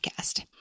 podcast